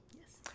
Yes